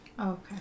Okay